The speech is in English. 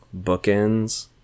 bookends